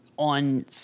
on